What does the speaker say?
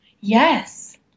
Yes